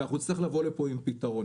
ואנחנו נצטרך לבוא לפה עם פתרון.